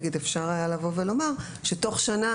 שאפשר לבוא ולומר שתוך שנה